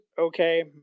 okay